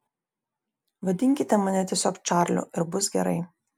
vadinkite mane tiesiog čarliu ir bus gerai